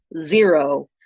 zero